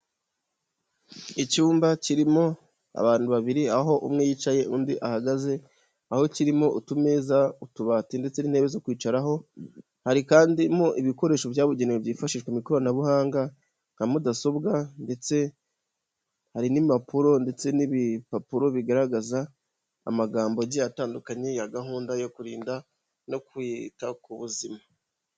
Icyumba kirimo abantu babiri, aho umwe yicaye undi ahagaze, aho kirimo utumeza, utubati ndetse n'intebe zo kwicaraho, hari kandi mo ibikoresho byabugenewe byifashishwa mu ikoranabuhanga nka mudasobwa ndetse hari n'impapuro ndetse n'ibipapuro bigaragaza amagambo agiye atandukanye ya gahunda yo kurinda no kuyita ku buzima.